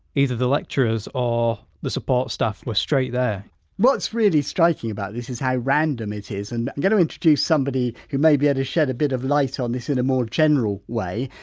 either the lecturers or the support staff were straight there what's really striking about this is how random it is and i'm going to introduce somebody who may be able to shed a bit of light on this in a more general way.